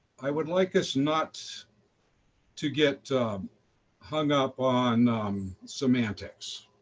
i would like us not to get hung up on semantics